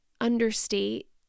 understate